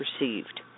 received